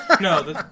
No